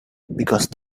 because